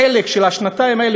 החלק של השנתיים האלה,